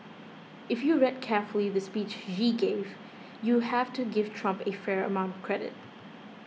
if you read carefully the speech Yi gave you have to give Trump a fair amount of credit